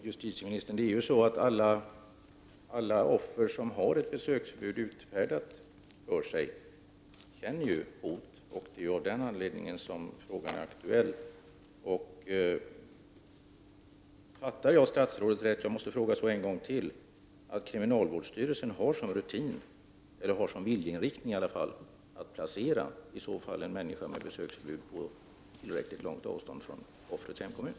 Herr talman! Alla offer som har relationer till en person med besöksförbud känner sig hotade, och det är av den anledningen som frågan är aktuell. Jag måste ytterligare en gång fråga om jag uppfattade justitieministern rätt. Har kriminalvårdsstyrelsen som rutin eller viljeinriktning att placera en person med besöksförbud tillräckligt långt ifrån offrets hemkommun?